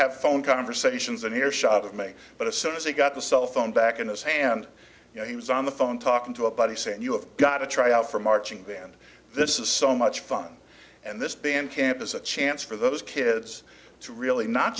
have phone conversations and earshot of me but as soon as he got the cell phone back in his hand you know he was on the phone talking to a buddy saying you have got a tryout for marching band this is so much fun and this band camp is a chance for those kids to really not